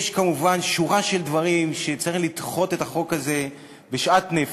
יש כמובן שורה של דברים שבגללם צריך לדחות את החוק הזה בשאט נפש.